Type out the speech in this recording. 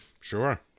Sure